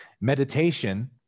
Meditation